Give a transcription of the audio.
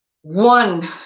one